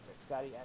Scotty